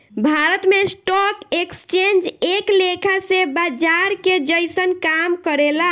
भारत में stock exchange एक लेखा से बाजार के जइसन काम करेला